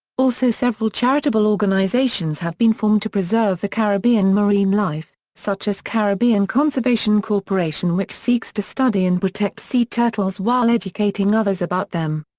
also several charitable organisations have been formed to preserve the caribbean marine life, such as caribbean conservation corporation which seeks to study and protect sea turtles while educating others about them.